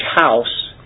house